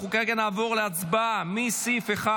אנחנו נעבור להצבעה כרגע מסעיף 1